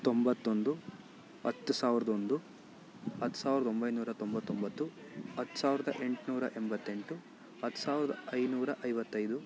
ತೊಂಬತ್ತೊಂದು ಹತ್ತು ಸಾವಿರದ ಒಂದು ಹತ್ತು ಸಾವಿರದ ಒಂಬೈನೂರ ತೊಂಬತ್ತೊಂಬತ್ತು ಹತ್ತು ಸಾವಿರದ ಎಂಟ್ನೂರ ಎಂಬತ್ತೆಂಟು ಹತ್ತು ಸಾವಿರದ ಐನೂರ ಐವತ್ತೈದು